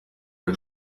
der